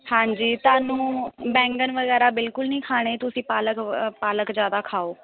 ਹਾਂਜੀ ਤੁਹਾਨੂੰ ਬੈਂਗਣ ਵਗੈਰਾ ਬਿਲਕੁਲ ਨਹੀਂ ਖਾਣੇ ਤੁਸੀਂ ਪਾਲਕ ਪਾਲਕ ਜ਼ਿਆਦਾ ਖਾਓ